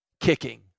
kicking